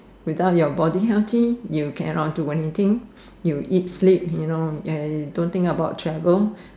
without your body healthy you cannot do thing you eat sleep you know don't think about travel